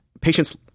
patients